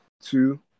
two